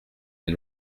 les